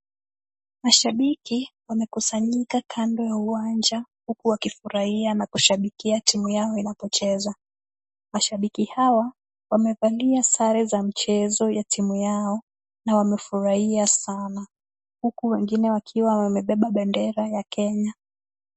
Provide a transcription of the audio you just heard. Mashabiki wamekusanyika kando ya uwanja huku wakifurahia na kushabikia timu yao inapocheza, mashabiki hawa wamevalia sare za mchezo ya timu yao na wamefurahia sana, huku wengine wakiwa wamebeba bendera ya Kenya.